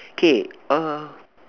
K err